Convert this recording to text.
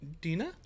dina